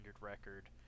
record